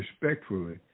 respectfully